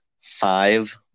Five